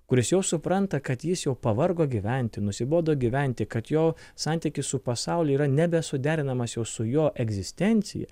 kuris jau supranta kad jis jau pavargo gyventi nusibodo gyventi kad jo santykis su pasauliu yra nebesuderinamas jau su jo egzistencija